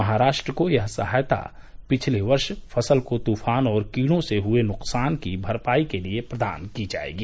महाराष्ट्र को यह सहायता पिछले वर्ष फसल को तुफान और कीड़ों से हए नुकसान की भरपाई के लिए प्रदान की जाएगी